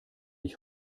ich